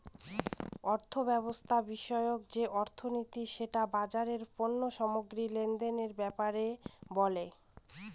অর্থব্যবস্থা বিষয়ক যে অর্থনীতি সেটা বাজারের পণ্য সামগ্রী লেনদেনের ব্যাপারে বলে